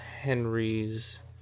Henry's